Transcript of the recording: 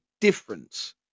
difference